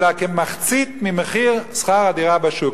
אלא בכמחצית ממחיר שכר הדירה בשוק.